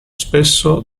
spesso